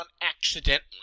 accidentally